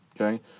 Okay